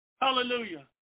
hallelujah